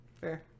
fair